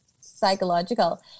psychological